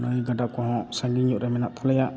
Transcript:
ᱱᱟᱹᱭ ᱜᱟᱰᱟ ᱠᱚᱦᱚᱸ ᱥᱟᱸᱺᱜᱤᱧ ᱧᱚᱜᱨᱮ ᱢᱮᱱᱟᱜ ᱛᱟᱞᱮᱭᱟ